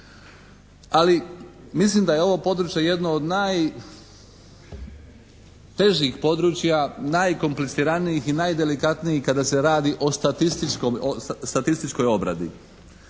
ali mislim da je ovo područje jedno od najtežih područja, najkompliciranijih i najdelikatnijih kada se radi o statističkoj obradi